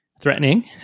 threatening